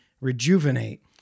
rejuvenate